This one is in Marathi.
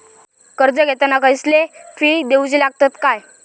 कर्ज घेताना कसले फी दिऊचे लागतत काय?